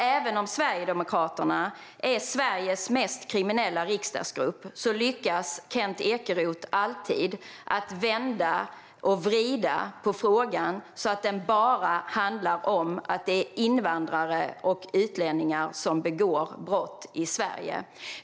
Även om Sverigedemokraterna är Sveriges mest kriminella riksdagsgrupp lyckas nämligen Kent Ekeroth alltid vända och vrida på frågan så att den bara handlar om att det är invandrare och utlänningar som begår brott i Sverige.